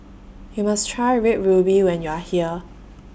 YOU must Try Red Ruby when YOU Are here